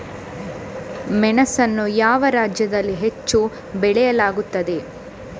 ಮೆಣಸನ್ನು ಯಾವ ರಾಜ್ಯದಲ್ಲಿ ಹೆಚ್ಚು ಬೆಳೆಯಲಾಗುತ್ತದೆ?